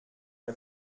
n’a